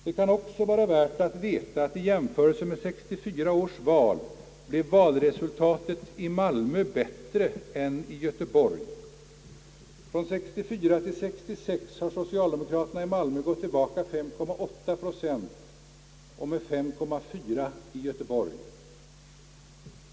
Det kan kanske också vara värt att veta att i jämförelse med 1964 års val blev valresultatet i Malmö bättre än i Göteborg. Från 1964 till 1966 har socialdemokraterna i Malmö gått tillbaka 5,8 procent och med 5,4 procent i Göteborg.